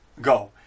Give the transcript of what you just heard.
go